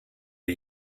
are